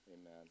amen